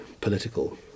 political